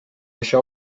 això